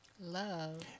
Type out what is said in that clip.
Love